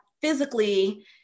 physically